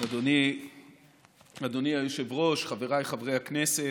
אדוני היושב-ראש, חבריי חברי הכנסת,